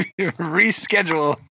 reschedule